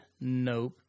nope